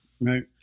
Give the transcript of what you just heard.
Right